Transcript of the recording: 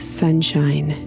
sunshine